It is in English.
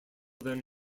then